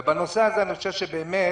ובנושא הזה, אני חושב שבאמת